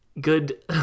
good